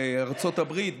בארצות הברית,